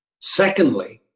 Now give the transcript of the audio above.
Secondly